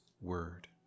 word